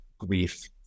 grief